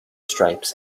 stripes